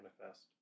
manifest